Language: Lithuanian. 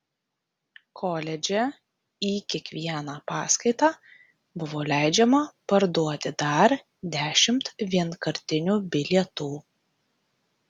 koledže į kiekvieną paskaitą buvo leidžiama parduoti dar dešimt vienkartinių bilietų